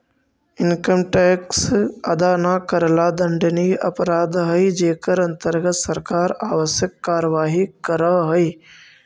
income tax अदा न करला दंडनीय अपराध हई जेकर अंतर्गत सरकार आवश्यक कार्यवाही करऽ हई